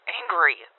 angry